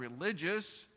religious